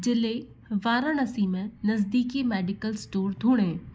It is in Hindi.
जिले वाराणसी में नज़दीकी मेडिकल स्टोर ढूँढें